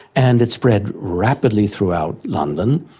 and it spread rapidly throughout london.